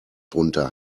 drunter